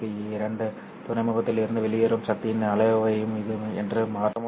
இந்த இரண்டு துறைமுகங்களிலிருந்து வெளியேறும் சக்தியின் அளவையும் என்ன மாற்றும்